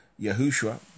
Yahushua